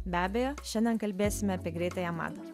be abejo šiandien kalbėsime apie greitąją madą